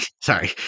Sorry